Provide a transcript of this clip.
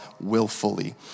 willfully